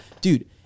dude